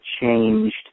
changed